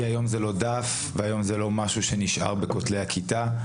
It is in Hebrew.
כי היום זה לא דף והיום זה לא משהו שנשאר בכותלי הכיתה,